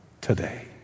today